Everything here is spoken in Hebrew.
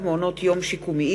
כבל,